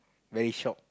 very shocked